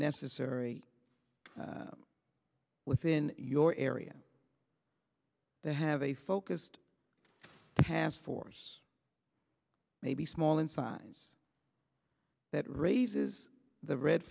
necessary within your area that have a focused task force may be small in size that raises the red